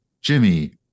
Jimmy